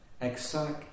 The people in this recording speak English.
Exact